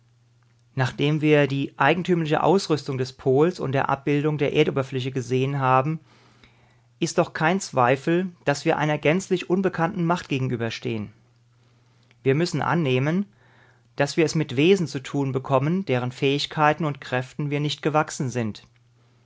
nachdem wir die eigentümliche ausrüstung des pols und die abbildung der erdoberfläche gesehen haben ist doch kein zweifel daß wir einer gänzlich unbekannten macht gegenüberstehen wir müssen annehmen daß wir es mit wesen zu tun bekommen deren fähigkeiten und kräften wir nicht gewachsen sind